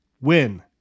win